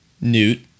newt